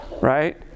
Right